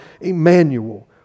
Emmanuel